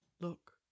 Look